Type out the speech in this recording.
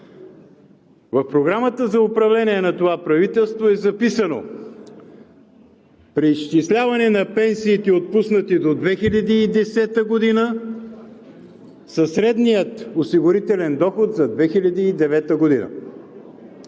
В Програмата за управление на това правителство е записано: преизчисляване на пенсиите, отпуснати до 2010 г. със средния осигурителен доход за 2009 г.